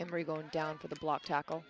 every going down to the block tac